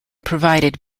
provided